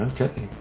Okay